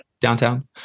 downtown